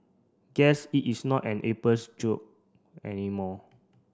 guess it is not an April's joke anymore